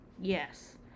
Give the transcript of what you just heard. Yes